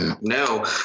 No